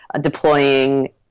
deploying